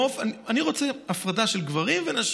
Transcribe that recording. אני רוצה הפרדה של גברים ונשים.